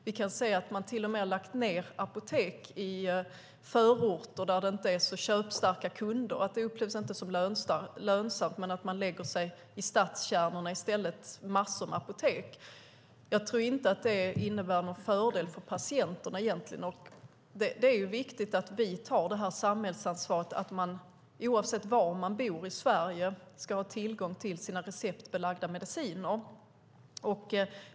Vi kan se att man till och med har lagt ned apotek i förorter där det inte är så köpstarka kunder att det inte upplevs som lönsamt. Man lägger sig i stället i stadskärnorna med massor av apotek. Jag tror inte att det innebär någon fördel för patienterna. Det är viktigt att vi tar samhällsansvaret att människor oavsett var de bor i Sverige ska ha tillgång till sina receptbelagda mediciner.